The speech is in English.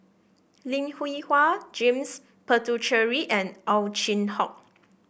Lim Hwee Hua James Puthucheary and Ow Chin Hock